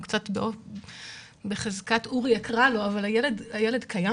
קצת בחזקת "אורי אקרא לו" אבל הילד קיים,